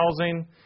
housing